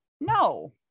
no